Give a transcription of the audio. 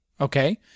Okay